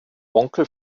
onkel